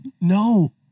No